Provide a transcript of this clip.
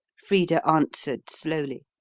frida answered slowly.